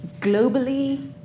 globally